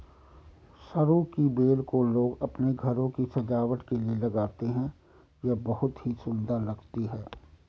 सरू की बेल को लोग अपने घरों की सजावट के लिए लगाते हैं यह बहुत ही सुंदर लगती है